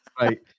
Right